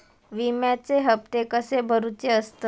विम्याचे हप्ते कसे भरुचे असतत?